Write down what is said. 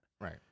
Right